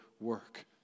work